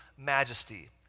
Majesty